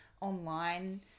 online